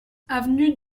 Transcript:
avenue